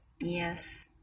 Yes